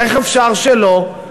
איך אפשר שלא?